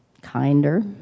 kinder